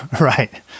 Right